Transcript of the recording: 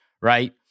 right